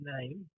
name